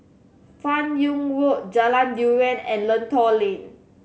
Fan Yoong Road Jalan Durian and Lentor Lane